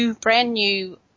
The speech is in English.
brand-new